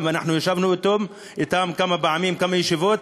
ואנחנו ישבנו אתם כמה פעמים בכמה ישיבות.